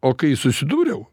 o kai susidūriau